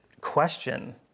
question